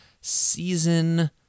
Season